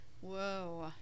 Whoa